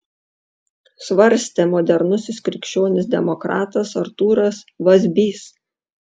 svarstė modernusis krikščionis demokratas artūras vazbys